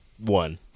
One